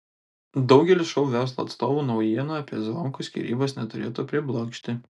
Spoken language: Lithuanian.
daugelio šou verslo atstovų naujiena apie zvonkų skyrybas neturėtų priblokšti